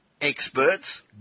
experts